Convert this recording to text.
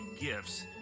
gifts